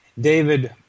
David